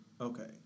Okay